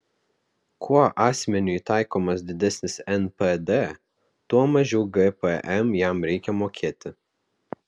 kuo asmeniui taikomas didesnis npd tuo mažiau gpm jam reikia mokėti